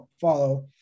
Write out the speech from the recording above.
follow